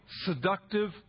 seductive